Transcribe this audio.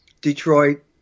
Detroit